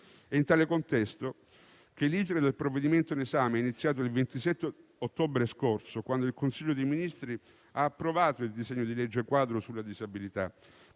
È in tale contesto che l'*iter* del provvedimento in esame è iniziato il 27 ottobre scorso, quando il Consiglio dei ministri ha approvato il disegno di legge quadro sulla disabilità,